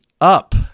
up